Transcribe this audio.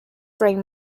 bring